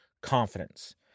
confidence